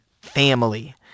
family